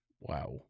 Wow